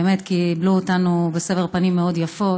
באמת קיבלו אותנו בסבר פנים מאוד יפות